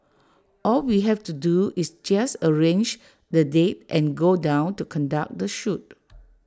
all we have to do is just arrange the date and go down to conduct the shoot